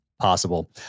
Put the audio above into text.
possible